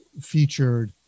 featured